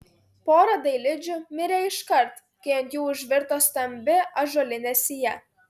pora dailidžių mirė iškart kai ant jų užvirto stambi ąžuolinė sija